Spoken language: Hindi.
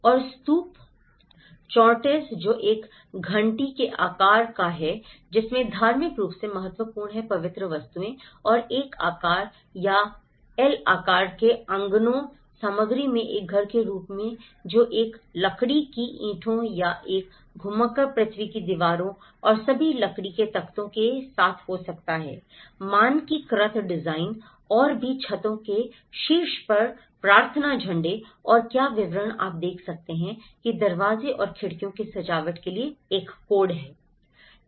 और स्तूप चोर्टेंस जो एक घंटी के आकार का है जिसमें धार्मिक रूप से महत्वपूर्ण है पवित्र वस्तुएं और I आकार या L आकार के आंगनों सामग्रियों में एक घर के रूप हैं जो एक लकड़ी की ईंटों या एक घुमक्कड़ पृथ्वी की दीवारों और सभी लकड़ी के तख्ते के साथ हो सकता है मानकीकृत डिजाइन और भी छतों के शीर्ष पर प्रार्थना झंडे और क्या विवरण आप देख सकते हैं कि दरवाजे और खिड़कियों की सजावट के लिए एक कोड है